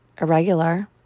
irregular